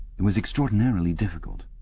it was extraordinarily difficult.